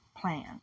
plan